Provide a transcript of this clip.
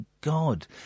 God